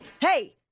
hey